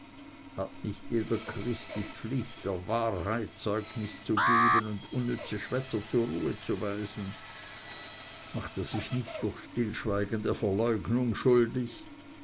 hat nicht jeder christ die pflicht der wahrheit zeugnis zu geben und unnütze schwätzer zur ruhe zu weisen macht er sich nicht durch stillschweigen der verleumdung schuldig